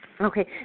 Okay